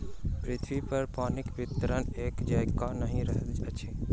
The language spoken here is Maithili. पृथ्वीपर पानिक वितरण एकै जेंका नहि अछि